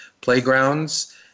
playgrounds